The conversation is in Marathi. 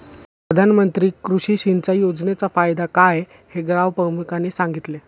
प्रधानमंत्री कृषी सिंचाई योजनेचा फायदा काय हे गावप्रमुखाने सांगितले